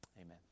amen